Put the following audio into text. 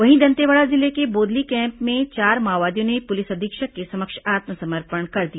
वहीं दंतेवाड़ा जिले के बोदली कैम्प में चार माओवादियों ने पुलिस अधीक्षक के समक्ष आत्मसमर्पण कर दिया